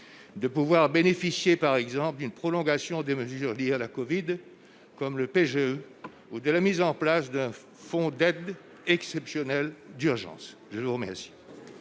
de pouvoir bénéficier par exemple d'une prolongation des mesures liées à la COVID, comme le péage ou de la mise en place d'un fonds d'aide exceptionnelle d'urgence, je vous remercie.